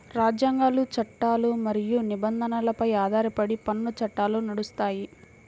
రాజ్యాంగాలు, చట్టాలు మరియు నిబంధనలపై ఆధారపడి పన్ను చట్టాలు నడుస్తాయి